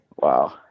Wow